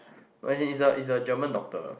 no as in is a is a German doctor